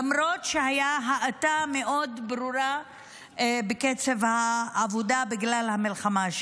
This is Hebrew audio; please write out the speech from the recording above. למרות שהייתה האטה מאוד ברורה בקצב העבודה בגלל המלחמה.